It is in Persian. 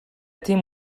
تیم